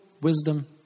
wisdom